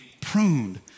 pruned